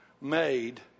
made